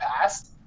past